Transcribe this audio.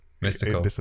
mystical